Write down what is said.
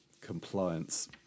compliance